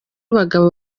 abagabo